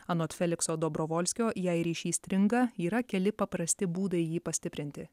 anot felikso dobrovolskio jei ryšys stringa yra keli paprasti būdai jį pastiprinti